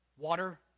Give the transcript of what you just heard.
Water